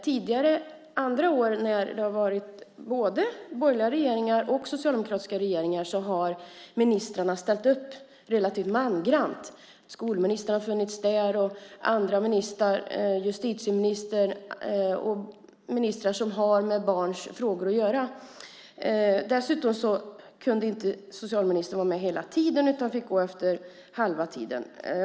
Andra år, både när det har varit borgerliga regeringar och socialdemokratiska regeringar, har ministrarna ställt upp relativt mangrant. Skolministern har funnits där, liksom justitieministern och andra ministrar som har med barns frågor att göra. Dessutom kunde inte socialministern vara med hela tiden utan fick gå efter halva tiden.